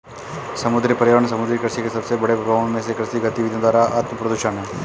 समुद्री पर्यावरण समुद्री कृषि के सबसे बड़े प्रभावों में से कृषि गतिविधियों द्वारा आत्मप्रदूषण है